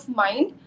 mind